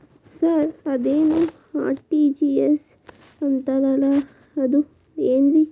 Sir ಅದೇನು RTGS ಅಂತಾರಲಾ ಅದು ಏನ್ರಿ?